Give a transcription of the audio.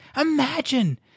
Imagine